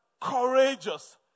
courageous